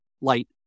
light